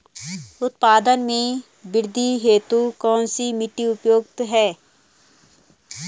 उत्पादन में वृद्धि हेतु कौन सी मिट्टी उपयुक्त है?